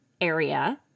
area